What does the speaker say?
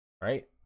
right